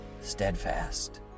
steadfast